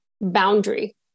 boundary